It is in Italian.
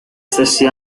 stessi